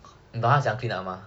你懂他怎样 clean up 吗